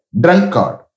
drunkard